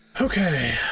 Okay